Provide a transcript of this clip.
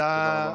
תודה רבה.